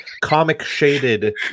comic-shaded